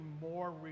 more